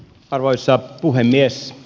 arvoisa puhemies